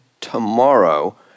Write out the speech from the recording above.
tomorrow